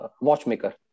watchmaker